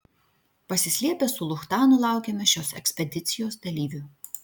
pasislėpę su luchtanu laukėme šios ekspedicijos dalyvių